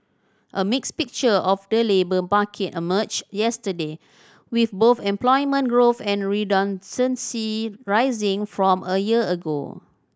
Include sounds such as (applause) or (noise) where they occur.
a mixed picture of the labour market emerged yesterday with both employment growth and (unintelligible) rising from a year ago